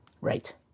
Right